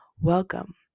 welcome